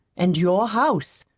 and your house,